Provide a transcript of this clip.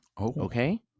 Okay